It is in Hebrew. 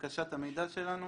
לבקשות המידע שלנו.